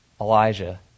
Elijah